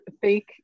fake